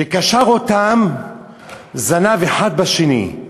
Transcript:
וקשר אותם זנב אחד בשני.